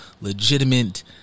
Legitimate